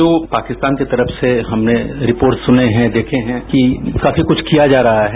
जो पाकिस्तान की तरफ से हमने रिपोर्ट सुने हैं देखे हैं कि काफी कुछ किया जा रहा था